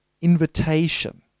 invitation